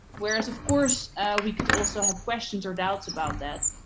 whereas, of course we could also have questions or doubts about that.